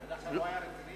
עד עכשיו זה לא היה רציני?